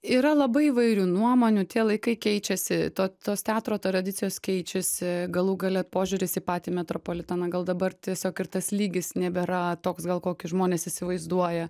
yra labai įvairių nuomonių tie laikai keičiasi to tos teatro tradicijos keičiasi galų gale požiūris į patį metropolitaną gal dabar tiesiog ir tas lygis nebėra toks gal kokį žmonės įsivaizduoja